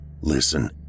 Listen